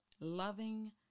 loving